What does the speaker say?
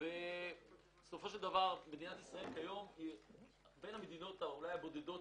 מדינת ישראל היא בין המדינות הבודדות,